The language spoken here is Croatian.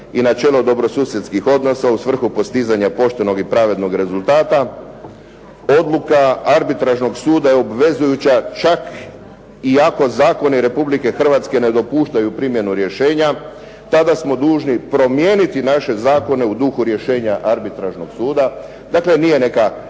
i načelo dobrosusjedskih odnosa u svrhu postizanja poštenog i pravednog rezultata. Odluka arbitražnog suda je obvezujuća čak i ako zakoni Republike Hrvatske ne dopuštaju primjenu rješenja tada smo dužni promijeniti naše zakone u duhu rješenja arbitražnog suda. Dakle, nije neka